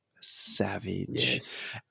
savage